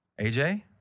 AJ